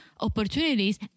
opportunities